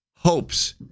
hopes